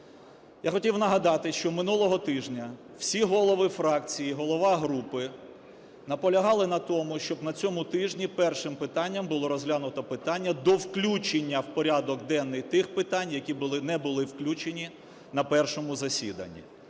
Я хотів нагадати, що минулого тижня всі голови фракцій і голова групи наполягали на тому, щоб на цьому тижні першим питанням було розглянуто питання до включення в порядок денний тих питань, які були… не були включені на першому засіданні.